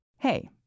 Hey